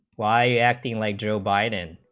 why acting like joe biden